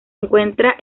encuentra